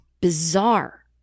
bizarre